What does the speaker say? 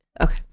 okay